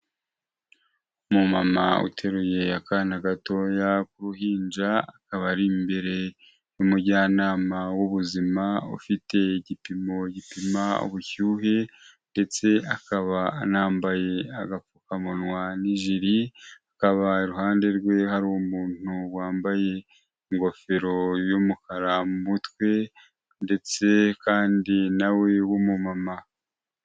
Umumama uteruye akana gatoya k'uruhinja akabari imbere y'umujyanama w'ubuzima ufite igipimo gipima ubushyuhe ndetse akaba anambaye agapfukamunwa n'ijili, akaba iruhande rwe hari umuntu wambaye ingofero y'umukara mu mutwe ndetse kandi nawe w'umumama.